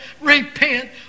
Repent